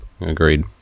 agreed